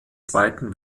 zweiten